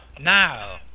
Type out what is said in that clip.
now